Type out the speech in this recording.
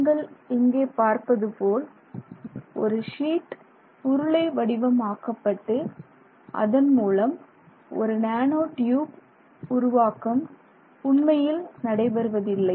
நீங்கள் இங்கே பார்ப்பதுபோல் ஒரு ஷீட் உருளை வடிவம் ஆக்கப்பட்டு அதன்மூலம் ஒரு நேனோ டியூப் உருவாக்கம் உண்மையில் நடைபெறுவதில்லை